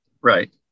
Right